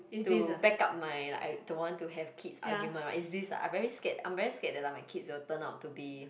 to back up my I don't want to have kids argument right is this I very scared I'm very scared that lah my kids will turn out to be